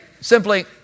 simply